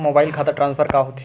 Mobile खाता transfer का होथे?